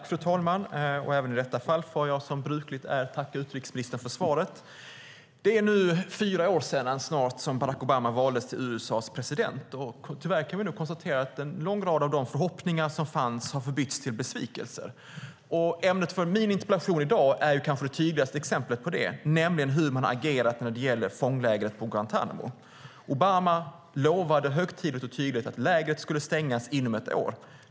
Fru talman! Även i detta fall får jag som brukligt är tacka utrikesministern för svaret. Det är nu snart fyra år sedan som Barack Obama valdes till USA:s president. Tyvärr kan vi nu konstatera att en lång rad av de förhoppningar som fanns har förbytts till besvikelser. Ämnet för min interpellation i dag är det kanske tydligaste exemplet på det, nämligen hur man har agerat när det gäller fånglägret på Guantánamo. Obama lovade högtidligt och tydligt att lägret skulle stängas inom ett år.